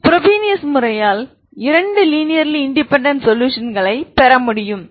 Frobenius முறையால் இரண்டு linearly independent சொலுஷன்களைப் பெற முடியும்